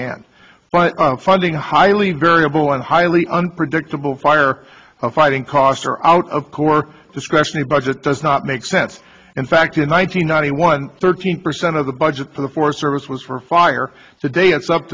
hand but funding highly variable and highly unpredictable fire fighting cost are out of core discretionary budget does not make sense in fact in one thousand nine hundred thirteen percent of the budget for the forest service was for fire today it's up